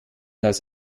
das